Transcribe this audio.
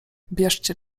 bierzcie